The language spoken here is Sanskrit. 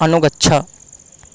अनुगच्छ